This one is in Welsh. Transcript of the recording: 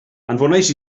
anfonais